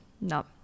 no